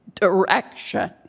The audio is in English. direction